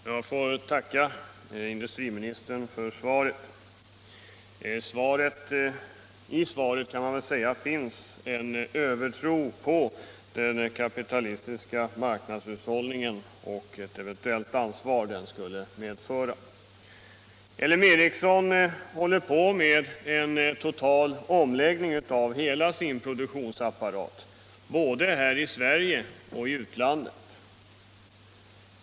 Herr talman! Jag får tacka industriministern för svaret. I finns, kan man väl säga, en övertro på den kapitalistiska marknadshushållningen och ett eventuellt ansvar som den skulle medföra. LM Ericsson håller på med en total omläggning av hela sin produktionsapparat, både här i Sverige och i utlandet.